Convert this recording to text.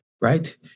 right